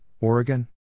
Oregon